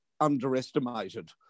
underestimated